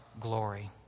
glory